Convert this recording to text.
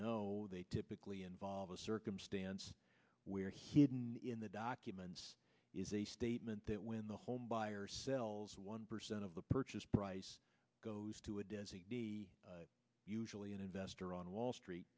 know they typically involve a circumstance where he didn't in the documents is a statement that when the home buyer sells one percent of the purchase price goes to a desi usually an investor on wall street